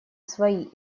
свои